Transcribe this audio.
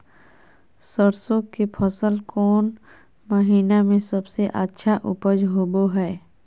सरसों के फसल कौन महीना में सबसे अच्छा उपज होबो हय?